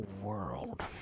world